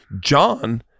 John